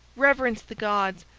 reverence the gods!